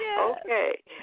Okay